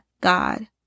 God